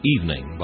Evening